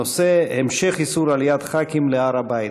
הנושא: המשך איסור עליית ח"כים להר הבית.